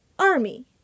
army